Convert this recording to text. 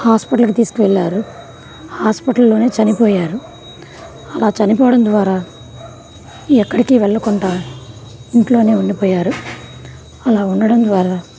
హాస్పటల్కి తీసుకు వెళ్ళారు హాస్పటల్లోనే చనిపోయారు అలా చనిపోవడం ద్వారా ఎక్కడికి వెళ్ళకుండా ఇంట్లోనే ఉండిపోయారు అలా ఉండడం ద్వారా